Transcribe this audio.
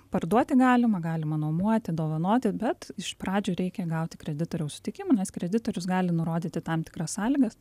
parduoti galima galima nuomoti dovanoti bet iš pradžių reikia gauti kreditoriaus sutikimą nes kreditorius gali nurodyti tam tikras sąlygas